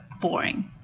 boring